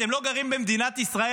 אתם לא גרים במדינת ישראל,